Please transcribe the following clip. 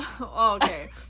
Okay